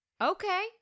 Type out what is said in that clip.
Okay